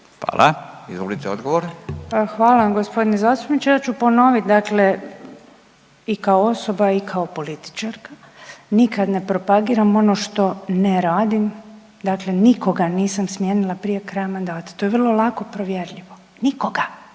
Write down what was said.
Hvala vam g. zastupniče. Ja ću ponoviti dakle i kao osoba i kao političarka, nikad ne propagiram ono što ne radim, dakle nikoga nisam smijenila prije kraja mandata, to je vrlo jako provjerljivo. Nikoga.